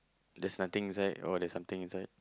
there's nothing inside oh there's something inside